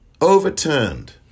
Overturned